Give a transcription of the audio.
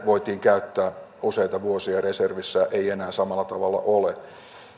voitiin käyttää useita vuosia reservissä ei enää samalla tavalla ole